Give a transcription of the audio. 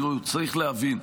צריך להבין,